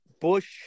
Bush